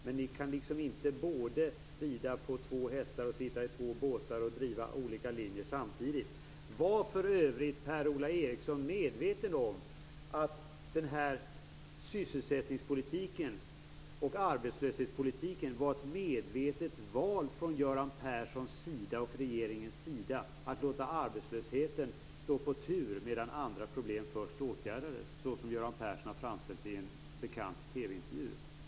Men ni kan inte rida på två hästar, eller sitta i två båtar, och driva olika linjer samtidigt. Var Per-Ola Eriksson medveten om att den här sysselsättningspolitiken och arbetslöshetspolitiken var ett medvetet val från Göran Perssons och regeringens sida, att låta arbetslösheten stå på tur medan andra problem först åtgärdades, så som Göran Persson har framställt det i en bekant TV-intervju?